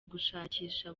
gushakisha